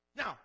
Now